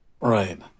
Right